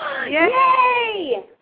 Yay